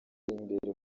imbere